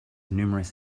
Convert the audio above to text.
numerous